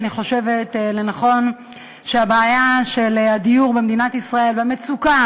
אני חושבת שהבעיה של הדיור במדינת ישראל והמצוקה